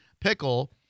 pickle